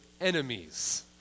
enemies